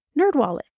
NerdWallet